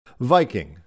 Viking